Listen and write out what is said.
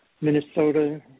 minnesota